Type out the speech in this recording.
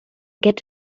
get